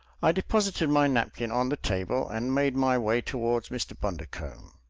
i deposited my napkin on the table and made my way toward mr. bundercombe.